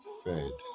fed